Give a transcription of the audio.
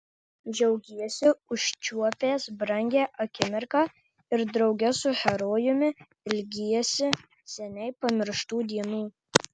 džiaugiesi užčiuopęs brangią akimirką ir drauge su herojumi ilgiesi seniai pamirštų dienų